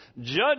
judge